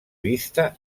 vista